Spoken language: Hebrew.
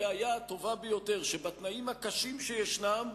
הראיה הטובה ביותר לכך שבתנאים הקשים שישנם,